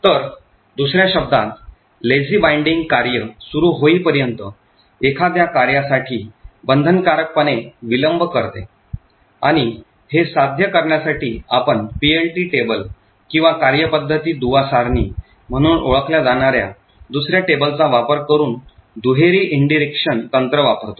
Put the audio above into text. तर दुसऱ्या शब्दांत Lazy binding कार्य सुरू होईपर्यंत एखाद्या कार्यासाठी बंधनकारक पणे विलंब करते आणि हे साध्य करण्यासाठी आपण पीएलटी टेबल किंवा कार्यपद्धती दुवा सारणी म्हणून ओळखल्या जाणार्या दुसर्या टेबलचा वापर करून दुहेरी इंडिरेक्शन तंत्र वापरतो